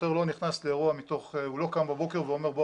שוטר לא קם בבוקר ואומר: בוא,